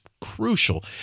crucial